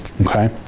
Okay